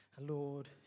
Lord